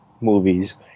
movies